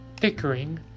bickering